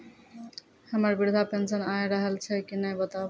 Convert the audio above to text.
हमर वृद्धा पेंशन आय रहल छै कि नैय बताबू?